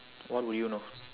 what would you know